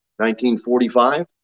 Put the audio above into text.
1945